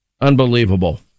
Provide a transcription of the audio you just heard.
Unbelievable